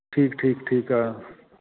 ਠੀਕ ਠੀਕ ਠੀਕ ਆ